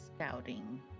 scouting